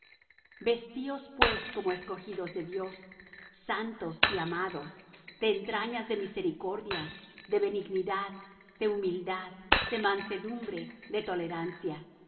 vestíos pues como escogidos de dios santos y amados de entrañas de misericordia de benignidad de humildad de mansedumbre de tolerancia